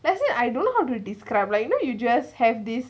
let's say I don't know how to describe right you know you just have this